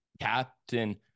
captain